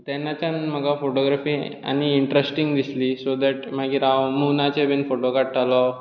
तेन्नाच्यान म्हाका फॉटोग्राफी आनीक इण्टरेस्टींग दिसली सो देट मागीर हांव मुनाचे बी फॉटो काडटालो